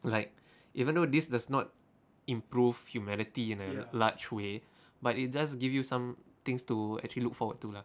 like even though this does not improve humanity in a large way but it does give you some things to actually look forward to lah